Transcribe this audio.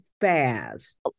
fast